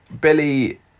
Billy